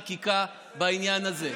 הממשלה תוביל חקיקה בעניין הזה.